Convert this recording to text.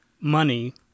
money